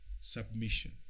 submission